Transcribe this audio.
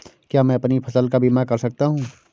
क्या मैं अपनी फसल का बीमा कर सकता हूँ?